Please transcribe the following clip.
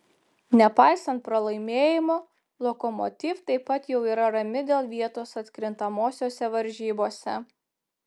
nepaisant pralaimėjimo lokomotiv taip pat jau yra rami dėl vietos atkrintamosiose varžybose